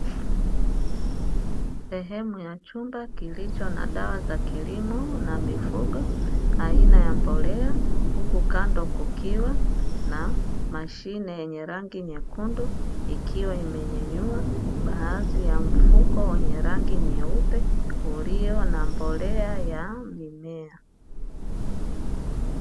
Sehemu ya chumba kilicho na dawa za kilimo na mifugo, aina ya mbolea, huku kando kukiwa na mashine yenye rangi nyekundu ikiwa imenyanyua baadhi ya mfuko wenye rangi nyeupe, ulio na mbolea ya mimea.